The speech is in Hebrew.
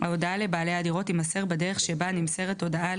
ההודעה לבעלי הדירות תימסר בדרך שבה נמסרת הודעה על